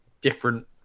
different